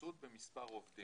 התכנסות במספר עובדים.